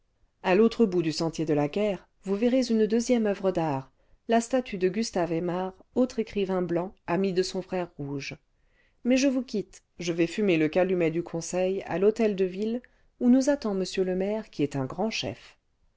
a l'autre bout du sentier de la guerre vous verrez une deuxième oeuvre d'art la statue de gustave aimard autre écrivain blanc ami de son frère rouge mais je vous quitte je vais fumer le calumet du conseil à l'hôtel de ville où nous attend m le maire qui est un grand chef